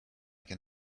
can